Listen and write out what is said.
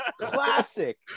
Classic